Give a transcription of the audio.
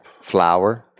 flour